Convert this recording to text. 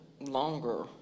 longer